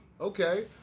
Okay